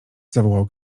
zawołał